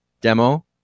demo